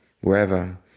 wherever